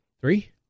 Three